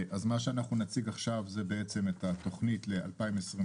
מה שאנחנו נציג עכשיו זה בעצם את התוכנית ל-2022.